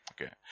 Okay